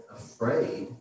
afraid